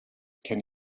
can